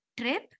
trip